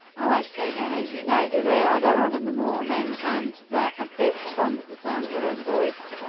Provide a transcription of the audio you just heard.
i won't say their names. you know who they are! they're on in the morning and they're a bit fond of the sound of their own voice,